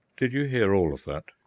did you hear all of that?